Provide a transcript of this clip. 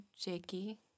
Jakey